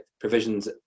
provisions